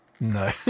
no